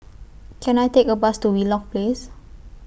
Can I Take A Bus to Wheelock Place